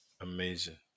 amazing